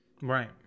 Right